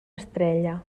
estrella